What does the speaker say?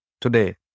today